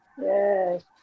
Yes